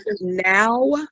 now